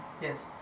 yes